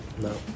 No